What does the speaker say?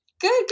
Good